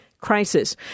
crisis